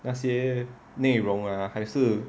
那些内容啊还是